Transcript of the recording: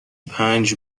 پنج